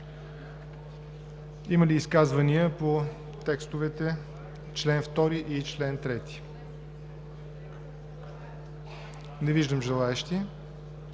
Има ли изказвания по текстовете за чл. 2 и чл. 3? Не виждам желаещи